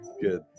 good